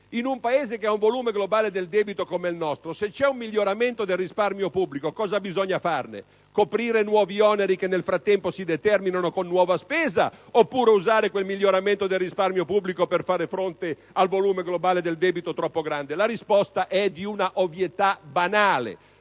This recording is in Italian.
in un Paese che ha un volume globale del debito come il nostro, se c'è un miglioramento del risparmio pubblico cosa bisogna farne? Coprire nuovi oneri che nel frattempo si determinano con nuova spesa, oppure usare quel miglioramento del risparmio pubblico per far fronte al volume globale del debito troppo grande? Non c'è bisogno di essere